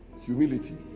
humility